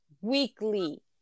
weekly